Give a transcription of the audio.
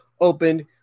opened